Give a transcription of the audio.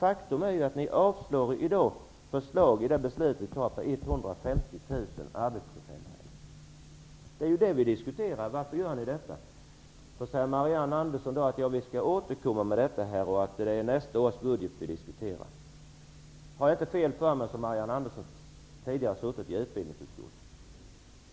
Faktum är att ni i dag kommer att avslå vårt förslag om 150 000 nya arbetstillfällen. Varför gör ni det? Marianne Andersson säger att man skall återkomma och att det är nästa års budget som vi diskuterar. Om jag inte har fel så har Marianne Andersson tidigare suttit i utbildningsutskottet.